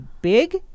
big